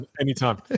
Anytime